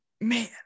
Man